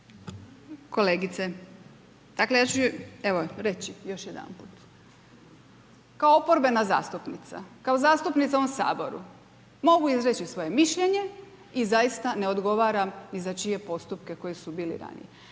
Kolegice, dakle ja ću reći još jedanput. Kao oporbena zastupnica, kao zastupnica u ovom Saboru, mogu izreći svoje mišljenje i zaista ne odgovaram ni za čije postupke koji su bili ranije.